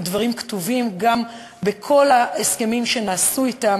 הדברים כתובים גם בכל ההסכמים שנעשו אתם